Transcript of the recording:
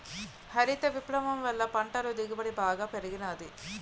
హరిత విప్లవం వల్ల పంటల దిగుబడి బాగా పెరిగినాది